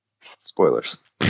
Spoilers